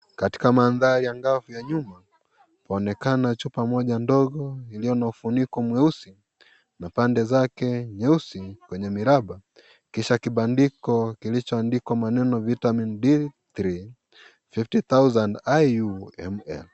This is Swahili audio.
Katika maandhari angavu ya nyumba, huonekana chupa moja ndogo iliyo na funiko mweusi na pande zake nyeusi kwenye miraba kisha kibandiko kilichoandikwa maneno " Vitamin D3 , 50,000 IUMN ".